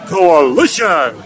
Coalition